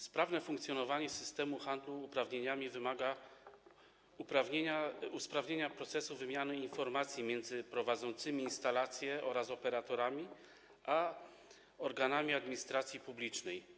Sprawne funkcjonowanie systemu handlu uprawnieniami wymaga usprawnienia procesu wymiany informacji między prowadzącymi instalację oraz operatorami a organami administracji publicznej.